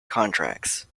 contracts